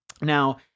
now